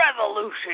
Revolution